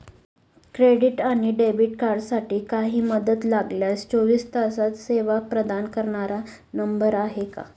Credit आणि debit कार्डसाठी काही मदत लागल्यास चोवीस तास सेवा प्रदान करणारा नंबर आहे का?